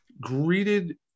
greeted